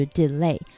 delay